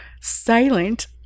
silent